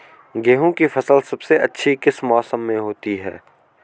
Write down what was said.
गेहूँ की फसल सबसे अच्छी किस मौसम में होती है